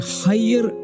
higher